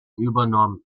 übernommen